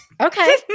Okay